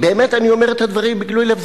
באמת אני אומר את הדברים בגילוי לב,